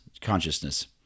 consciousness